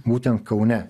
būtent kaune